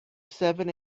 seven